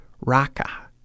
Raka